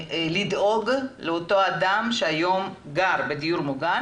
לדאוג לאותו אדם שהיום גר בדיור מוגן,